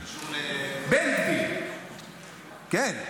היה סיפור שקשור --- בן גביר, כן.